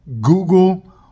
Google